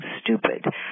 stupid